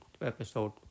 episode